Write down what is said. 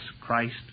christ